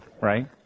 right